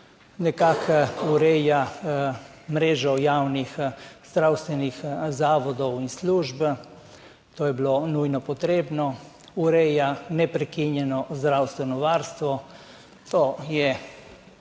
nekako ureja mrežo javnih zdravstvenih zavodov in služb. To je bilo nujno potrebno. Ureja neprekinjeno zdravstveno varstvo. To je